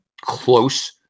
close